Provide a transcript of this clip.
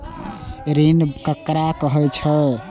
ऋण ककरा कहे छै?